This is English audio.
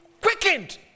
quickened